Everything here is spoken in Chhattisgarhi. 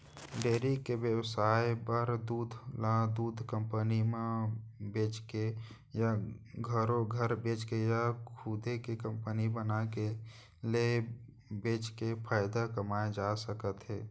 डेयरी के बेवसाय म दूद ल दूद कंपनी म बेचके या घरो घर बेचके या खुदे के कंपनी बनाके ले बेचके फायदा कमाए जा सकत हे